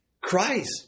christ